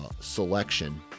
selection